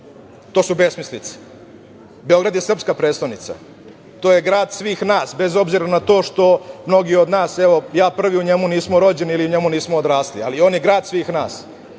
to su besmislice. Beograd je srpska prestonica. To je grad svih nas, bez obzira na to što mnogi od nas, evo, ja prvi, u njemu nismo rođeni, ili u njemu nismo odrasli, ali on je grad svih nas.